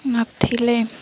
ନଥିଲେ